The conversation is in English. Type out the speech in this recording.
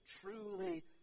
truly